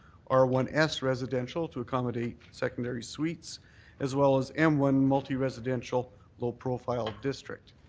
r one s residential to accommodate secondary suites as well as m one multi-residential low profile district.